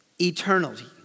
eternity